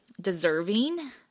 deserving